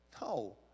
No